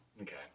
Okay